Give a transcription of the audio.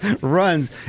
runs